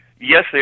Yes